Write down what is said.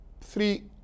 three